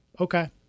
okay